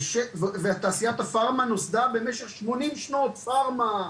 תעשיית הפארמה נוסדה במשך 80 שנות פארמה,